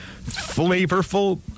flavorful